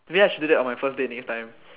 maybe I should do that on my first date next time